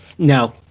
no